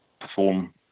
perform